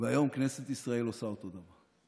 והיום כנסת ישראל עושה אותו דבר.